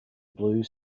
blue